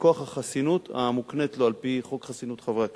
מכוח החסינות המוקנית לו על-פי חוק חסינות חברי הכנסת,